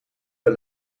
wel